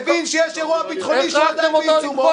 הוא הבין שיש אירוע ביטחוני שעכשיו בעיצומו,